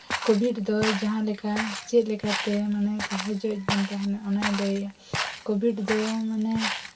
covid ᱫᱚ ᱡᱟᱦᱟᱸ ᱞᱮᱠᱟ ᱪᱮᱫ ᱞᱮᱠᱟᱛᱮ ᱢᱟᱱᱮ ᱥᱟᱦᱟᱡᱡᱚ ᱜᱟᱱᱚᱜᱼᱟ ᱚᱱᱟᱭ ᱞᱟᱹᱭᱮᱫᱼᱟ ᱠᱳᱵᱷᱤᱰ ᱫᱚ ᱢᱟᱱᱮ